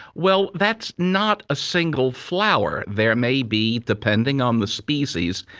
well, that's not a single flower. there may be, depending on the species,